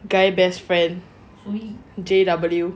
guy best friend J_W